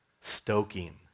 Stoking